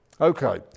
Okay